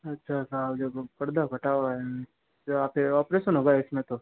अच्छा आपका पर्दा फटा हुआ है फिर ऑपरेशन होगा इसमें तो